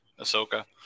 Ahsoka